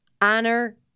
honor